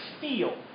feel